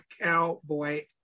Cowboy